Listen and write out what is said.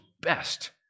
best